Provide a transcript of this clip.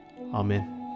Amen